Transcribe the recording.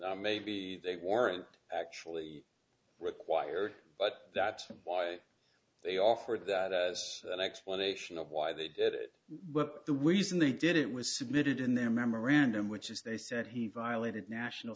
d maybe they weren't actually required but that's why they offered an explanation of why they did it but the reason they did it was submitted in their memorandum which is they said he violated national